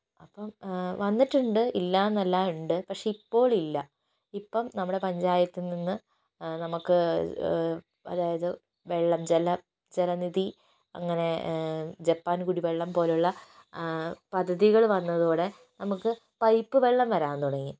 അപ്പം വന്നിട്ടുണ്ട് ഇല്ലായെന്നല്ല ഉണ്ട് പക്ഷെ ഇപ്പോഴില്ല ഇപ്പം നമ്മുടെ പഞ്ചായത്തിൽ നിന്ന് നമുക്ക് അതായത് വെള്ളം ജലം ജലനിധി അങ്ങനെ ജപ്പാൻ കുടിവെള്ളം പോലുള്ള പദ്ധതികൾ വന്നതോടെ നമുക്ക് പൈപ്പ് വെള്ളം വരാൻ തുടങ്ങി